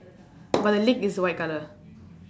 but the leg is white colour